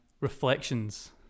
Reflections